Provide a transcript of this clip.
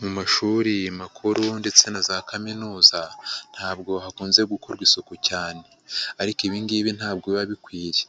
Mu mashuri makuru ndetse na za kaminuza, ntabwo hakunze gukorwa isuku cyane ariko ibingibi ntabwo biba bikwiye,